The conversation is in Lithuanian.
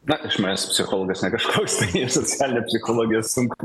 na iš manęs psichologas ne kažkoks tai socialinė psichologijoj sunku